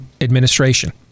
administration